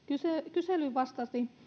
kyselyyn vastasi